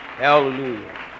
Hallelujah